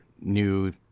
new